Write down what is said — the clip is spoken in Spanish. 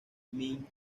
min